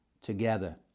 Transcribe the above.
together